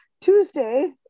Tuesday